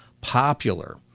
popular